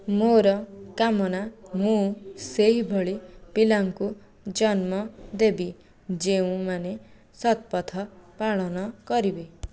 ମୋର କାମନା ମୁଁ ସେହିଭଳି ପିଲାଙ୍କୁ ଜନ୍ମ ଦେବି ଯେଉଁମାନେ ସତପଥ ପାଳନ କରିବେ